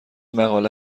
مقاله